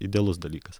idealus dalykas